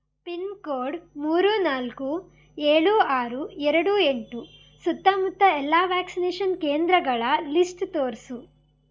pin code ಮೂರು ನಾಲ್ಕು ಏಳು ಆರು ಎರಡು ಎಂಟು ಸುತ್ತಮುತ್ತ ಎಲ್ಲ ವ್ಯಾಕ್ಸಿನೇಷನ್ ಕೇಂದ್ರಗಳ ಲಿಸ್ಟ್ ತೋರಿಸು